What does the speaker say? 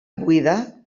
buida